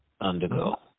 undergo